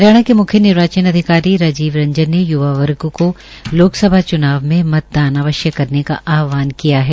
हरियाणा के मुख्य निर्वाचन अधिकारी राजीव रंजन ने युवा वर्ग को लोकसभा च्नाव में मतदान अवश्य करने का आहवान किया है